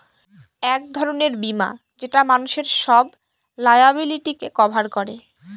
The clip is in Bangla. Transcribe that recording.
এক ধরনের বীমা যেটা মানুষের সব লায়াবিলিটিকে কভার করে